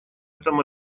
этом